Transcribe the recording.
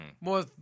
More